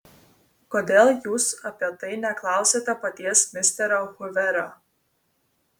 kodėl jūs apie tai neklausiate paties misterio huverio